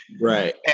right